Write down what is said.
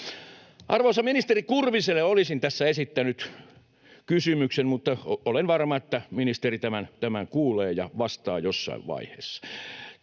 Arvoisalle ministeri Kurviselle olisin tässä esittänyt kysymyksen. Olen varma, että ministeri tämän kuulee ja vastaa jossain vaiheessa.